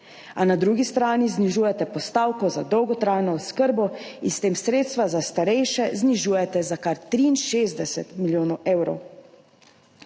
A na drugi strani znižujete postavko za dolgotrajno oskrbo in s tem sredstva za starejše znižujete za kar 63 milijonov evrov.